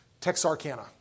Texarkana